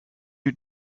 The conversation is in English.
you